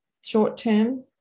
short-term